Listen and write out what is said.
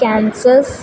kansas